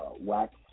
wax